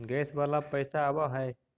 Gas वाला पैसा आव है?